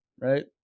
right